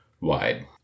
wide